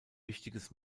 wichtiges